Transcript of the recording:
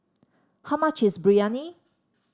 how much is Biryani